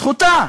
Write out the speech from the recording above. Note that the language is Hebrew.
זכותה